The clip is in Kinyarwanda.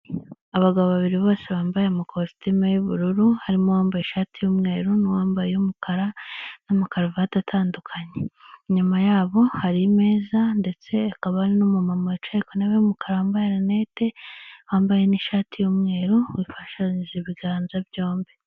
Abagabo babiri bose bambaye amakositime y'ubururu, harimo uwambaye ishati y'umweru n'uwambaye iy'umukara n'amakaruvati atandukanye. Inyuma yabo hari imeza ndetse n'umumama wicaye ku ntebe y'umukara wambaye rinete, wambaye n'ishati y'umweru wifashanyije ibiganza byombi.